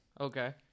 Okay